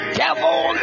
devil